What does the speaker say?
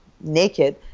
naked